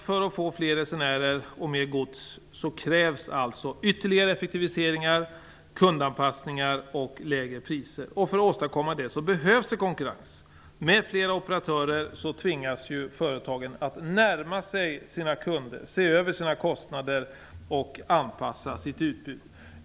För att få fler resenärer och mer gods krävs ytterligare effektiviseringar, kundanpassning och lägre priser. För att åstadkomma det behövs konkurrens. Med fler operatörer tvingas företagen att närma sig sina kunder, se över sina kostnader och anpassa sitt utbud.